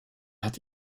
hat